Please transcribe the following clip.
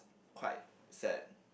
quite sad